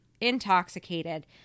intoxicated